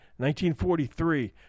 1943